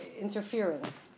interference